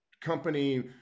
company